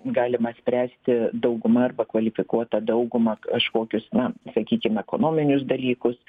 galima spręsti dauguma arba kvalifikuota dauguma kažkokius na sakykim ekonominius dalykus